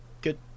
good